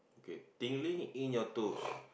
okay tingling in your toes